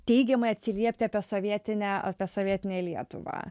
teigiamai atsiliepti apie sovietinę apie sovietinę lietuvą